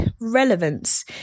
relevance